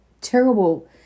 terrible